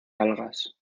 algas